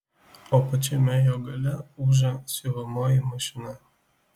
o pačiame jo gale ūžia siuvamoji mašina